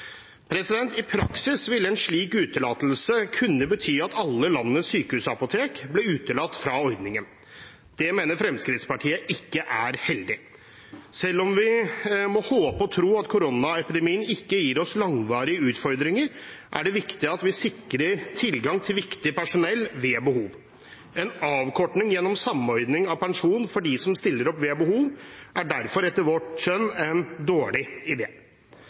I praksis ville en slik utelatelse kunne bety at alle landets sykehusapotek ble utelatt fra ordningen. Det mener Fremskrittspartiet ikke er heldig. Selv om vi må håpe og tro at koronaepidemien ikke gir oss langvarige utfordringer, er det viktig at vi sikrer tilgang til viktig personell ved behov. En avkorting gjennom samordning av pensjon for dem som stiller opp ved behov, er derfor etter vårt skjønn en dårlig